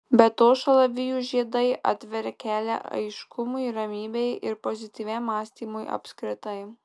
be to šalavijų žiedai atveria kelią aiškumui ramybei ir pozityviam mąstymui apskritai